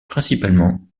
principalement